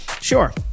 sure